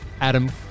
Adam